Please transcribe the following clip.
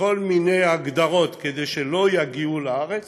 בכל מיני הגדרות כדי שלא יגיעו לארץ,